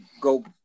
go